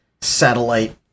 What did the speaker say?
satellite